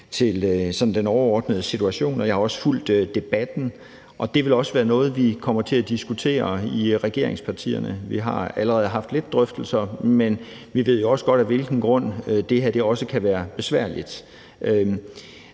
til den overordnede situation, og jeg har også fulgt debatten, og det vil også være noget, vi kommer til at diskutere i regeringspartierne. Vi har allerede haft nogle drøftelser, men vi ved jo også godt, af hvilken grund det her også kan være besværligt.